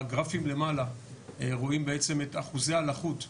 בגרפים למעלה רואים בעצם את אחוזי הלחות,